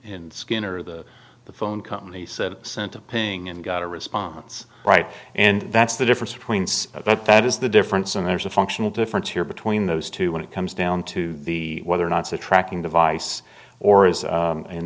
in skinner the the phone company said sent of paying and got a response right and that's the difference between that that is the difference and there's a functional difference here between those two when it comes down to the whether or not so tracking device or is